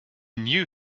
knew